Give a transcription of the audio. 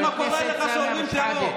תראה מה קורה לך כשאומרים "טרור".